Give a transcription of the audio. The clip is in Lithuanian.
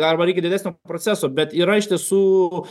arba reikia didesnio proceso bet yra iš tiesų